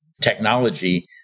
technology